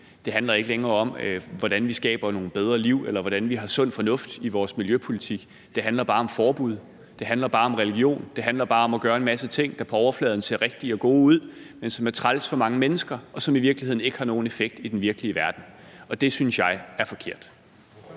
det handler ikke længere om, hvordan vi skaber nogle bedre liv, eller hvordan vi har sund fornuft i vores miljøpolitik. Det handler bare om forbud. Det handler bare om religion. Det handler bare om at gøre en masse ting, der på overfladen ser rigtige og gode ud, men som er træls for mange mennesker, og som i virkeligheden ikke har nogen effekt i den virkelige verden, og det synes jeg er forkert.